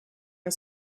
are